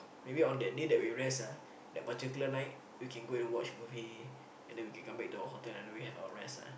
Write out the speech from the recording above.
maybe on that day that we rest ah the particular night we can go and watch movie and then we can come back to our hotel and we have our rest ah